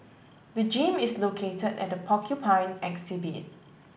the gym is located at the Porcupine exhibit